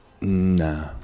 Nah